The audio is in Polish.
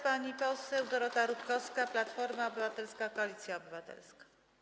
Pani poseł Dorota Rutkowska, Platforma Obywatelska - Koalicja Obywatelska.